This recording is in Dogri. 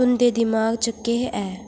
तुं'दे दिमाग च केह् ऐ